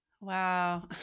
Wow